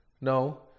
No